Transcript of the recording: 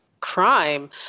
crime